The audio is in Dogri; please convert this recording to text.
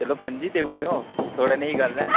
चलो पंजी देई ओड़ओ थुआढ़े नै गल्ल ऐ